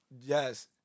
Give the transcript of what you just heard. Yes